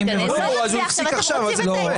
הוא הפסיק עכשיו, אבל זה קורה.